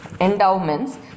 Endowments